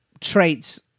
traits